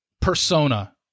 persona